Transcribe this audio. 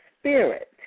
spirit